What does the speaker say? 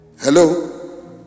Hello